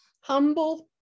humble